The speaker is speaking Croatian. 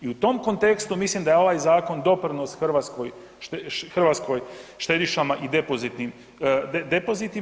I u tom kontekstu mislim da je ovaj zakon doprinos hrvatskim štedišama i depozitima.